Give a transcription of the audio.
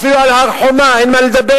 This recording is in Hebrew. אפילו על הר-חומה אין מה לדבר.